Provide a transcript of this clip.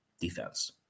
defense